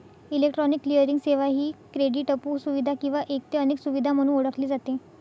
electronic clearing सेवा ही क्रेडिटपू सुविधा किंवा एक ते अनेक सुविधा म्हणून ओळखली जाते